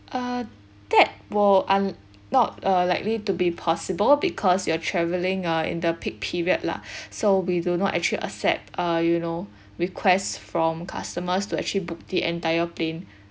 uh that will un~ not uh likely to be possible because you are travelling ah in the peak period lah so we do not actually accept uh you know requests from customers to actually book the entire plane